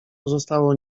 pozostało